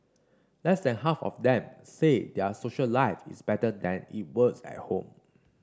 less than half of them say their social life is better than it was at home